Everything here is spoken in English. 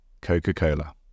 Coca-Cola